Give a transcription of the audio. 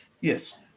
Yes